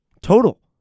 Total